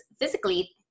physically